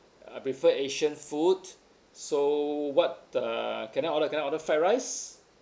I prefer asian food so what uh can I order can I order fried rice